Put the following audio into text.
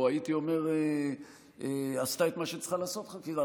או הייתי אומר שעשתה את מה שצריכה לעשות חקירה,